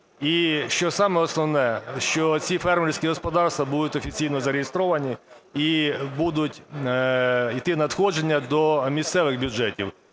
і що саме основне – що ці фермерські господарства будуть офіційно зареєстровані і будуть іти надходження до місцевих бюджетів,